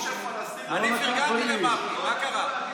אני פרגנתי למרגי, מה קרה?